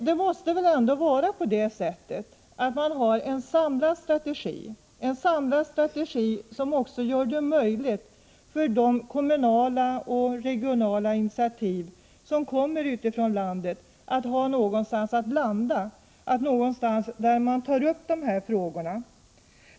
Det måste finnas en samlad strategi, så att de kommunala och regionala initiativ som kommer utifrån landet har möjlighet att landa någonstans, där de kan behandlas.